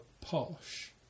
posh